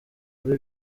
kuri